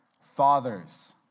Fathers